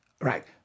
right